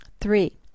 three